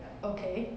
okay